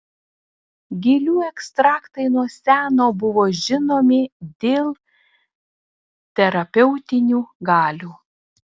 gėlių ekstraktai nuo seno buvo žinomi dėl terapeutinių galių